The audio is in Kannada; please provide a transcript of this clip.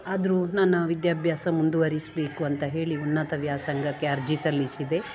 ಆದರು ನನ್ನ ವಿದ್ಯಾಭ್ಯಾಸ ಮುಂದುವರಿಸಬೇಕು ಅಂತ ಹೇಳಿ ಉನ್ನತ ವ್ಯಾಸಂಗಕ್ಕೆ ಅರ್ಜಿ ಸಲ್ಲಿಸಿದೆ